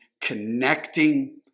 connecting